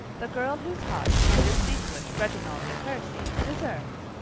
the girl whose heart can distinguish reginald de courcy, deserves,